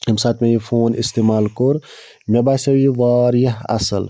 ییٚمہِ ساتہٕ مےٚ یہِ فون اِستعمال کوٚر مےٚ باسٮ۪و یہِ واریاہ اَصٕل